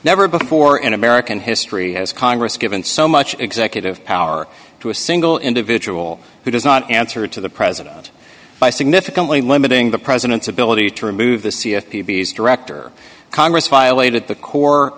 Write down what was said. never before in american history has congress given so much executive power to a single individual who does not answer to the president by significantly limiting the president's ability to remove the c f p b s director congress violated the core